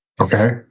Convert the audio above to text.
Okay